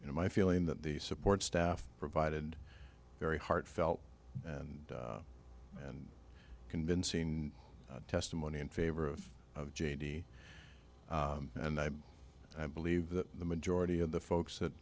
you know my feeling that the support staff provided very heartfelt and and convincing testimony in favor of j d and i i believe that the majority of the folks that